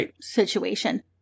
situation